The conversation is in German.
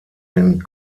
den